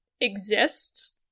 exists